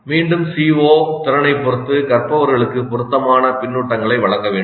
மீண்டும் CO திறனை பொறுத்து கற்பவர்களுக்கு பொருத்தமான பின்னூட்டங்களை வழங்க வேண்டும்